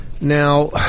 Now